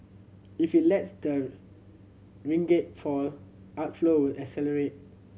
if it lets the ringgit fall outflow will accelerate